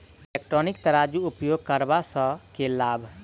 Electronic तराजू उपयोग करबा सऽ केँ लाभ?